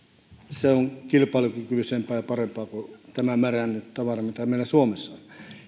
se on kilpailukykyisempää ja parempaa kuin tämä märännyt tavara mitä meillä suomessa on